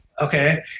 Okay